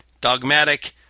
dogmatic